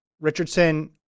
Richardson